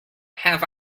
have